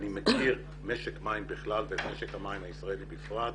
אני מכיר משק מים בכלל ואת משק המים הישראלי בפרט.